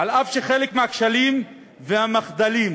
אף שחלק מהכשלים והמחדלים